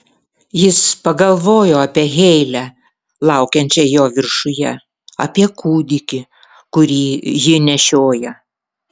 jis pagalvojo apie heilę laukiančią jo viršuje apie kūdikį kurį ji nešioja